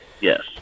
yes